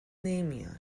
نمیایم